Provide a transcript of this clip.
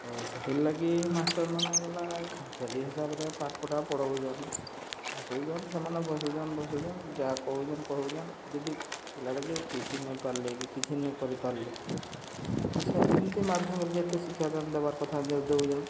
ତ ସେଥିର୍ଲାଗି ମାଷ୍ଟର୍ମାନେ ଗଲା ଖାମ୍ଖିଆଲି ହିସାବ୍ରେ ପାଠ୍ ପୁଠା ପଢ଼ଉଚନ୍ ଆସୁଚନ୍ ସେମାନେ ବସୁଚନ୍ ବସୁଚନ୍ ଯାହା କହୁଚନ୍ କହୁଚନ୍ ଯଦି ପିଲାଟାକେ ପିଟି ନେଇ ପାର୍ଲେ କି କିଛି ନେଇ କରିପାର୍ଲେ ଯେ ସେ ହେନ୍ତି ମାଧ୍ୟମ୍ରେ ଯେତେ ଶିକ୍ଷାଦାନ୍ ଦେବାର୍ କଥା ଯଉ ଦଉଚନ୍